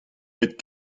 bet